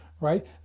right